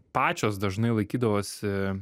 pačios dažnai laikydavosi